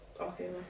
okay